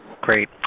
Great